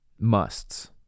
musts